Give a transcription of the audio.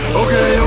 okay